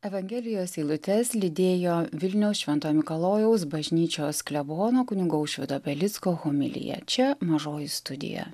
evangelijos eilutes lydėjo vilniaus švento mikalojaus bažnyčios klebono kunigo aušvydo belicko homiliją čia mažoji studija